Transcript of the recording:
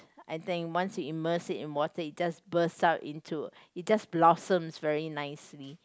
I think once you immerse it in water it just burst out into it just blossoms very nicely